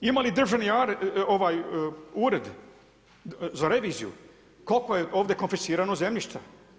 Ima li Državni ured za reviziju koliko je ovdje konfiscirano zemljišta?